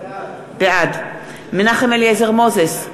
בעד מנחם אליעזר מוזס,